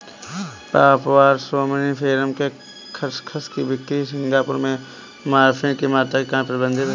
papaver somniferum के खसखस की बिक्री सिंगापुर में मॉर्फिन की मात्रा के कारण प्रतिबंधित है